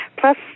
plus